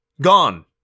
Gone